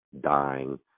dying